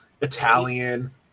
Italian